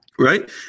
Right